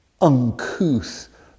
uncouth